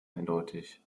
eindeutig